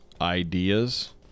ideas